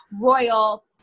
royal